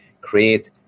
create